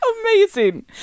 Amazing